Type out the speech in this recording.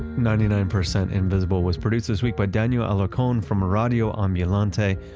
ninety nine percent invisible was produced this week by daniel alarcon from radio ambulante,